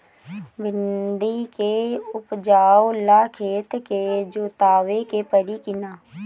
भिंदी के उपजाव ला खेत के जोतावे के परी कि ना?